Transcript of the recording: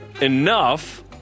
enough